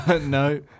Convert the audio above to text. No